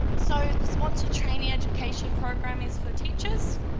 so, the sponsored training education program is for teachers.